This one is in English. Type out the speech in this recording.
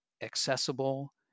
accessible